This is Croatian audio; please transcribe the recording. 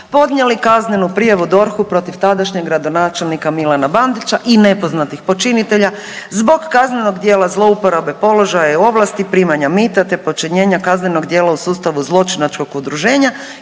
podnijeli kaznenu prijavu DORH-u protiv tadašnjeg gradonačelnika Milana Bandića i nepoznatih počinitelja zbog kaznenog dijela zlouporabe položaja i ovlasti, primanja mita te počinjenja kaznenog djela u sustavu zločinačkog udruženja